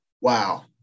Wow